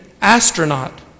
astronaut